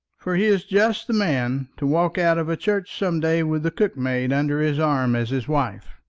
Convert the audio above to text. for he is just the man to walk out of a church some day with the cookmaid under his arm as his wife.